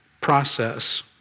process